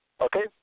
Okay